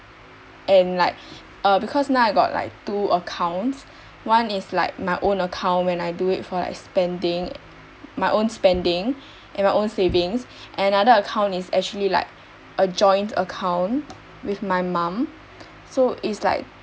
and like uh because now I got like two accounts one is like my own account when I do it for like spending my own spending and my own savings and another account is actually like a joint account with my mum so it's like